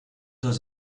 does